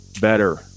better